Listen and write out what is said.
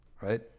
right